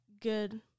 good